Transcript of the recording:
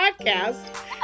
podcast